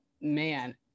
man